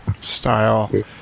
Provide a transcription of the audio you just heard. style